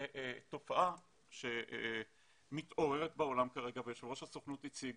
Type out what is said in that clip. תופעה שמתעוררת בעולם כרגע ויושב ראש הסוכנות הציג